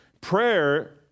prayer